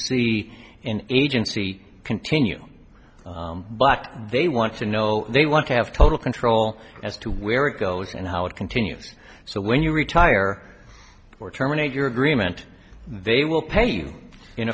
see in agency continue but they want to know they want to have total control as to where it goes and how it continues so when you retire or terminate your agreement they will pay